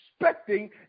expecting